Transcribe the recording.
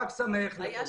חג שמח לכולם.